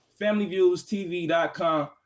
familyviewstv.com